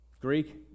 Greek